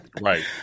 Right